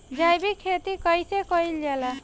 जैविक खेती कईसे कईल जाला?